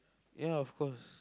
ya of course